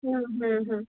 হুম হুম হুম